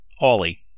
Ollie